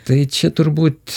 tai čia turbūt